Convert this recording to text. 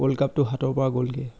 world কাপটো হাতৰ পৰা গ'লগে